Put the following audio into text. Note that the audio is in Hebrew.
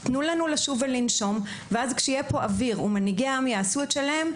תנו לנו לשוב ולנשום ואז כשיהיה פה אוויר ומנהיגי העם יעשו את שלהם,